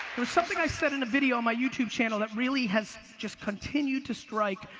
there's something i said in a video on my youtube channel that really has just continued to strike,